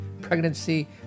pregnancy